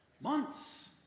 months